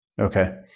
Okay